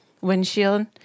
windshield